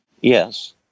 Yes